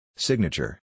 Signature